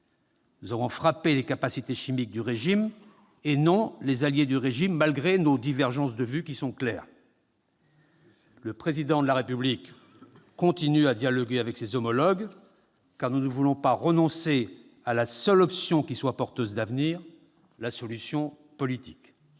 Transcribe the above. Nous avons frappé les capacités chimiques du régime, et non les alliés du régime, malgré nos divergences de vues, qui sont claires. Le Président de la République continue à dialoguer avec ses homologues, car nous ne voulons pas renoncer à la seule option qui soit porteuse d'avenir, la solution politique.